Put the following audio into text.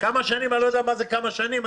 אני לא יודע מה זה כמה שנים.